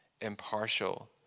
impartial